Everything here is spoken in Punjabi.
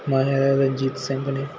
ਮਹਾਰਾਜਾ ਰਣਜੀਤ ਸਿੰਘ ਨੇ